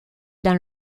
dans